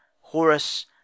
horus